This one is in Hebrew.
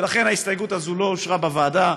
ההסתייגות הזאת לא אושרה בוועדה.